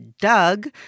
Doug